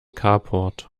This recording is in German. carport